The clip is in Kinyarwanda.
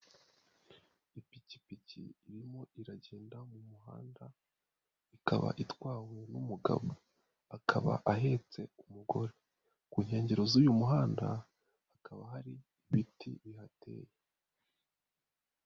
Ipikipiki irimo iragenda mu muhanda, ikaba itwawe n'umugabo, akaba ahetse umugore. Ku nkengero z'uyu muhanda hakaba hari ibiti bihateye.